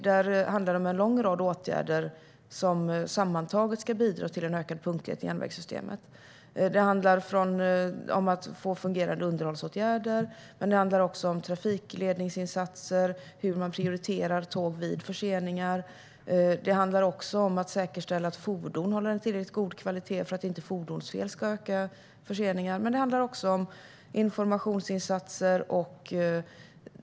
Det handlar om en lång rad åtgärder som sammantaget ska bidra till en ökad punktlighet i järnvägssystemet. Det handlar om att få fungerande underhållsåtgärder men också om trafikledningsinsatser och hur man prioriterar tåg vid förseningar. Det handlar om att säkerställa att fordon håller en tillräckligt god kvalitet för att inte fordonsfel ska öka förseningar. Det handlar också om informationsinsatser.